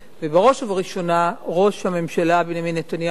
ובראש ובראשונה ראש הממשלה בנימין נתניהו,